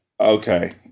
okay